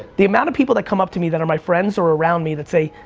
the amount of people that come up to me that are my friends, or around me, that say,